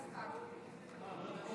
הראשונה?